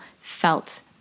felt